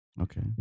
okay